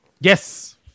yes